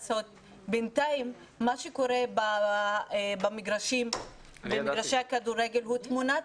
בינתיים מה שקורה במגרשי הכדורגל הוא תמונת